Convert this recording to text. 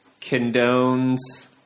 Condones